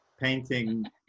Painting